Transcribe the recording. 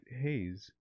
haze